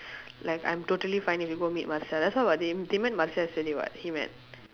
like I'm totally fine if you go meet marcia that's why [what] they im~ they met marcia yesterday what he met